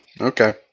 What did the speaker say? okay